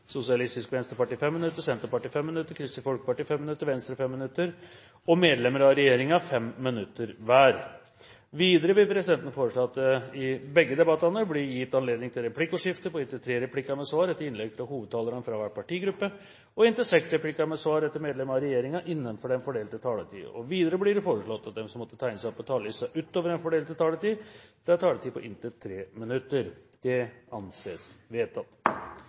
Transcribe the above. Sosialistisk Venstreparti 5 minutter, Senterpartiet 5 minutter, Kristelig Folkeparti 5 minutter, Venstre 5 minutter og medlemmer av Regjeringen 5 minutter hver. Videre vil presidenten foreslå at det i begge debattene blir gitt anledning til replikkordskifte på inntil tre replikker med svar etter innlegg fra hovedtalerne fra hver partigruppe og inntil seks replikker med svar fra medlemmer av Regjeringen innenfor den fordelte taletid. Videre blir det foreslått at den som måtte tegne seg på talerlisten utover den fordelte taletid, får en taletid på inntil 3 minutter. – Det anses vedtatt.